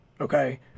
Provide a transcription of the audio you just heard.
Okay